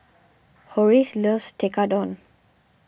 Horace loves Tekkadon